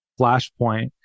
flashpoint